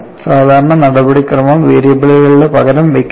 സാധാരണ നടപടിക്രമം വേരിയബിളുകളുടെ പകരം വെക്കലാണ്